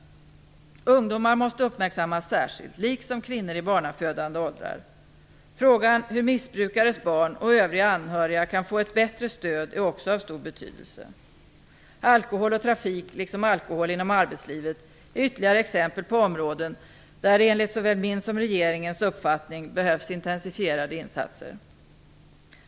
Ungdomar måste uppmärksammas särskilt, liksom kvinnor i barnafödande åldrar. Frågan hur missbrukares barn och övriga anhöriga kan få ett bättre stöd är också av stor betydelse. Alkohol och trafik liksom alkohol inom arbetslivet är ytterligare exempel på områden där det enligt såväl min som regeringens uppfattning behövs intensifierade insatser.